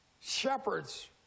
shepherds